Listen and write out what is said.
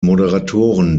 moderatoren